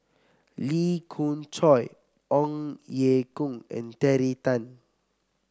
Lee Khoon Choy Ong Ye Kung and Terry Tan